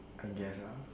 I guess ah